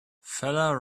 feller